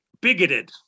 bigoted